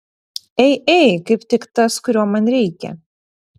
ei ei kaip tik tas kurio man reikia